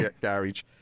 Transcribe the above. garage